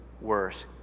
worse